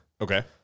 Okay